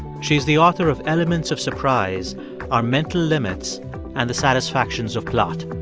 she's the author of elements of surprise our mental limits and the satisfactions of plot.